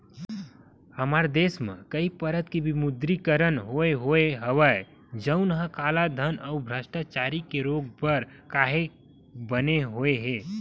हमर देस म कइ पइत के विमुद्रीकरन होय होय हवय जउनहा कालाधन अउ भस्टाचारी के रोक बर काहेक बने होय हे